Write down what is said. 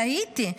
תהיתי,